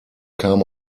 kam